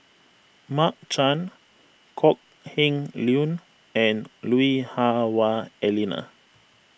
Mark Chan Kok Heng Leun and Lui Hah Wah Elena